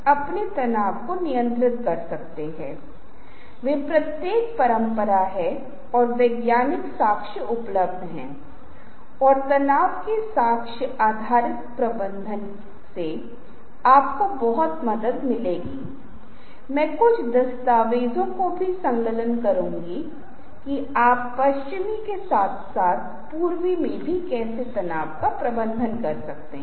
लेकिन यहां हम आपको बताए अनुसार रोकते हैं यदि आप स्लाइड्स को देखते हैं तो एक विशिष्ट संलग्न स्लाइड है जिसे 71 के रूप में जाना जाता है विशेष रूप से इस एक के रूप में जहां एक श्रृंखला के प्रस्तुतियों के माध्यम से PDF दस्तावेज़ के रूप में आप स्लाइड तैयार करने के बारे में जानते हैं दोस्तों हम आज के लिए यहाँ रुकते हैं